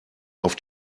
auf